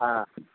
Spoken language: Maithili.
हाँ